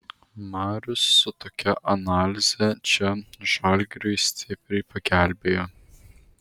marius su tokia analize čia žalgiriui stipriai pagelbėjo